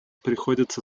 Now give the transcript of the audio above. приходится